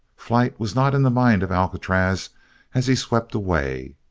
flight was not in the mind of alcatraz as he swept away.